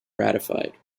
ratified